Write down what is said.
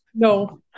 No